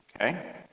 okay